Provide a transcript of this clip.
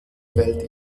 fällt